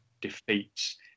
defeats